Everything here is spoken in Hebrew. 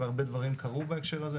והרבה דברים קרו בהקשר הזה.